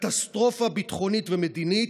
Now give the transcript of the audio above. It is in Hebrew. קטסטרופה ביטחונית ומדינית,